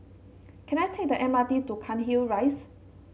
can I take the M R T to Cairnhill Rise